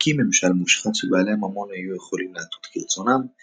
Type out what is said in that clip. הוא הקים ממשל מושחת שבעלי הממון היו יכולים להטות כרצונם.